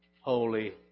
holy